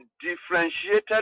differentiated